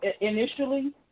initially